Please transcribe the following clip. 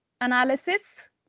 analysis